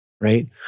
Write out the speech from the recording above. Right